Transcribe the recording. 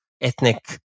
ethnic